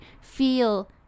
feel